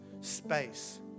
space